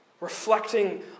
Reflecting